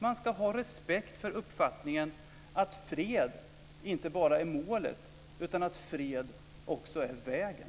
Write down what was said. Man ska ha respekt för uppfattningen att fred inte bara är målet utan också vägen.